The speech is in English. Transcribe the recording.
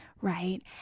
Right